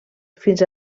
fins